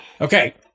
Okay